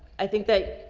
i think that